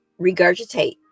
regurgitate